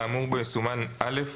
האמור בו יסומן "(א)",